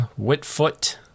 Whitfoot